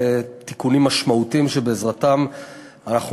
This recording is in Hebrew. אלה תיקונים משמעותיים שבעזרתם אנחנו